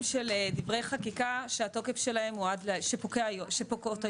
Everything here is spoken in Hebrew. של דברי חקיקה שהתוקף שלהן, שפוקעות היום.